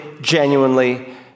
genuinely